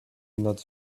not